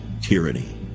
tyranny